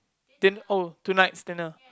didn't oh tonight dinner